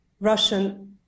Russian